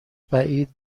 بعید